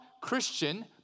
Christian